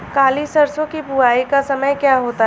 काली सरसो की बुवाई का समय क्या होता है?